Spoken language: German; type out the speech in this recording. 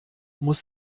muss